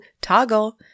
toggle